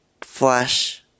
flash –